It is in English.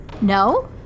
No